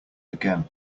again